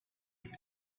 den